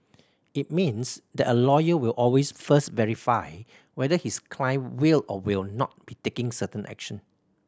it means that a lawyer will always first verify whether his client will or will not be taking certain action